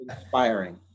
inspiring